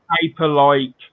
paper-like